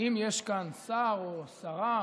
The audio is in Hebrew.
אם יש כאן שר או שרה,